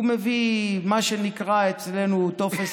מביאים מה שנקרא אצלנו טופס